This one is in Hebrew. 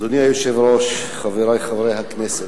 אדוני היושב-ראש, חברי חברי הכנסת,